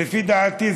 לפי דעתי,